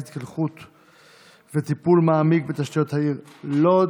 ההתלקחות הבאה וטיפול מעמיק בתשתיות העיר לוד,